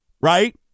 Right